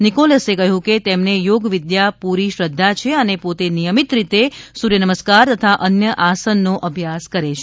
નિકોલસે કહ્યું કે તેમને યોગવિદ્યા પૂરી શ્રધ્ધા છે અને પોતે નિયમિત રીતે સૂર્યનમસ્કાર તથા અન્ય આસન નો અભ્યાસ કરે છે